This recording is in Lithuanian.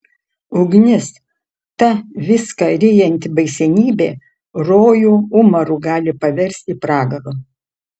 ugnis ta viską ryjanti baisenybė rojų umaru gali paversti pragaru